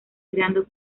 creando